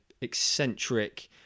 eccentric